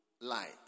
light